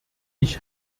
ich